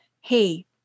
hey